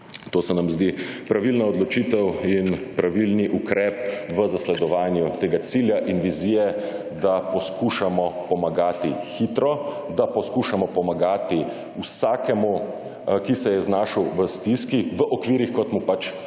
To se nam zdi pravilna odločitev in pravilni ukrep v zasledovanju tega cilja in vizije, da poskušamo pomagati hitro, da poskušamo pomagati vsakemu, ki se je znašel v stiski, v okvirih kot mu pač lahko